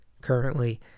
currently